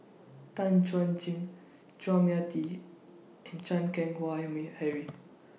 Tan Chuan Jin Chua Mia Tee and Chan Keng Howe Harry